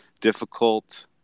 difficult